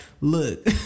look